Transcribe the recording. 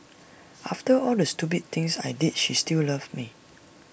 after all the stupid things I did she still loved me